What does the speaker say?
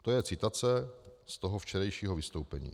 To je citace z toho včerejšího vystoupení.